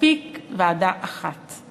מספיק ועדה אחת.